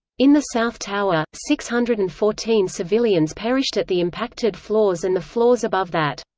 in the south tower, six hundred and fourteen civilians perished at the impacted floors and the floors above that.